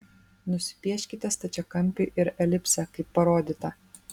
nusipieškite stačiakampį ir elipsę kaip parodyta